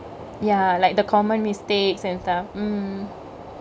ya like the common mistakes and stuff mm